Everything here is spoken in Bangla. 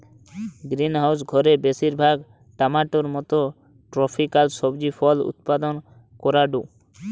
গ্রিনহাউস ঘরে বেশিরভাগ টমেটোর মতো ট্রপিকাল সবজি ফল উৎপাদন করাঢু